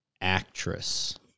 actress